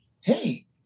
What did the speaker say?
hey